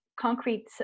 concrete